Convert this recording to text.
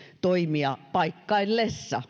toimia paikkaillaan